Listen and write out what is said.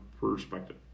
perspective